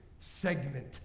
segment